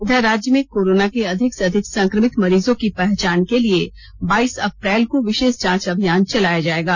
इधर राज्य में कोरोना के अधिक से अधिक संक्रमित मरीजों की पहचान के लिए बाइस अप्रैल को विशेष जांच अभियान चलाया जाएगा